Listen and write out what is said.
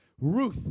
Ruth